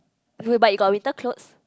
uh but you got a winter clothes